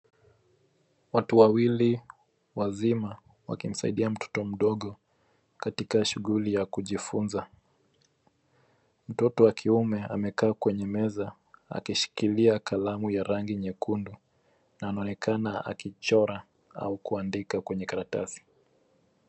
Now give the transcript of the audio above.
Watu wawili wazima wakimsaidia mtoto katika shughuli ya kujifunza. Mtoto wa kiume amekaa kwenye meza akishikilia kalamu ya rangi nyekundu na anaonekana akichora au kuandika kwenye karatasi.